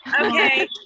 okay